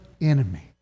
enemy